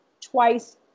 twice